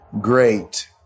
great